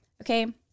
Okay